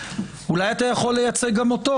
אולי אתה יכול לייצג אותו,